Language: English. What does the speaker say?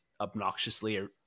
obnoxiously